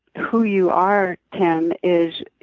who you are, tim, is,